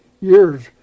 years